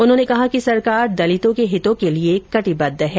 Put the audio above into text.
उन्होंने कहा कि सरकार दलितों के हितों के लिए कटिबद्ध है